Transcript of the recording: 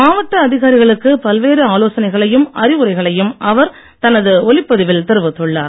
மாவட்ட அதிகாரிகளுக்கு பல்வேறு ஆலோசனைகளையும் அறிவுரைகளையும் அவர் தனது ஒலிப்பதிவில் தெரிவித்துள்ளார்